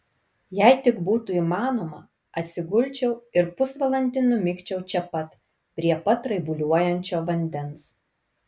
jei tik būtų įmanoma atsigulčiau ir pusvalandį numigčiau čia pat prie pat raibuliuojančio vandens